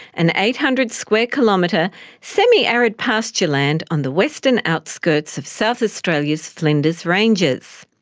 an eight hundred square kilometre semiarid pastureland on the western outskirts of south australia's flinders ranges.